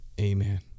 Amen